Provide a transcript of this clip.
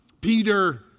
Peter